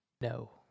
No